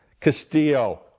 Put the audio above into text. Castillo